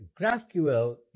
GraphQL